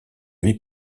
vie